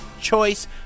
choice